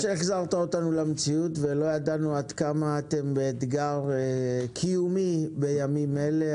שהחזרת אותנו למציאות ולא ידענו עד כמה אתם אתגר קיומי בימים אלה.